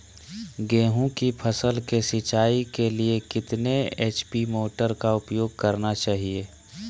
गेंहू की फसल के सिंचाई के लिए कितने एच.पी मोटर का उपयोग करना चाहिए?